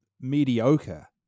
mediocre